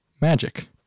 magic